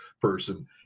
person